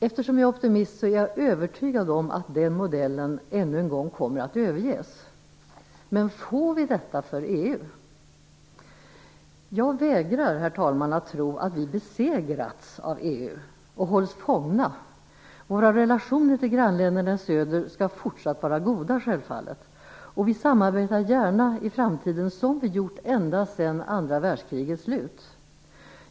Eftersom jag är optimist är jag övertygad om att den modellen ännu en gång kommer att överges. Men får vi detta för EU? Jag vägrar, herr talman, att tro att vi besegrats av EU och hålls fångna. Våra relationer till grannländerna i söder skall självfallet fortsätta att vara goda, och vi samarbetar gärna i framtiden som vi gjort ända sedan andra världskrigets slut.